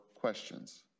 questions